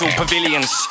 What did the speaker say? pavilions